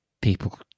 people